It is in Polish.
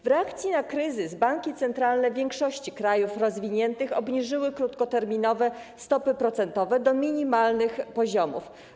W reakcji na kryzys banki centralne większości krajów rozwiniętych obniżyły krótkoterminowe stopy procentowe do minimalnych poziomów.